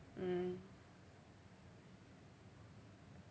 mm